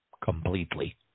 Completely